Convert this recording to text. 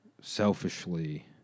selfishly